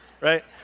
right